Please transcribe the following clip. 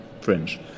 French